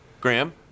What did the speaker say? Graham